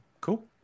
Cool